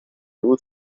بود